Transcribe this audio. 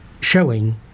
showing